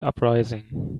uprising